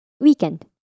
Weekend